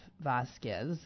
Vasquez